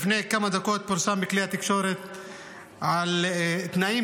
לפני כמה דקות פורסם בכלי התקשורת על תנאים